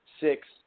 six